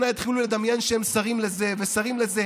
יתחילו לדמיין שהם שרים לזה ושרים לזה.